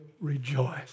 rejoice